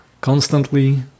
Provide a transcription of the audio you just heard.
constantly